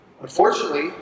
Unfortunately